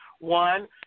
One